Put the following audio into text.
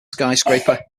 skyscraper